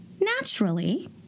Naturally